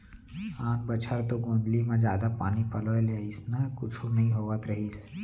आन बछर तो गोंदली म जादा पानी पलोय ले अइसना कुछु नइ होवत रहिस